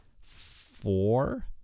Four